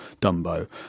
dumbo